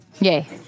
Yay